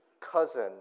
cousin